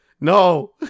No